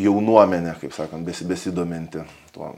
jaunuomenė kaip sakant besi besidominti tuo